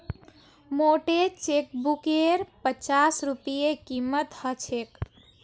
मोटे चेकबुकेर पच्चास रूपए कीमत ह छेक